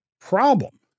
problem